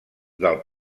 del